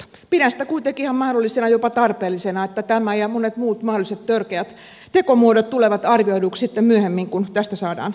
pidän sitä kuitenkin ihan mahdollisena jopa tarpeellisena että tämä ja monet muut mahdolliset törkeät tekomuodot tulevat arvioiduiksi sitten myöhemmin kun tästä saadaan selkeitä kokemuksia